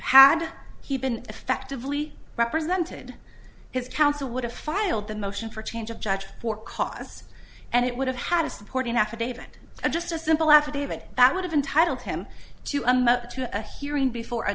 had he been effectively represented his counsel would have filed the motion for change of judge for cause and it would have had a supporting affidavit just a simple affidavit that would entitle him to a mother to a hearing before a